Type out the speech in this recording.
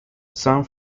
some